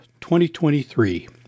2023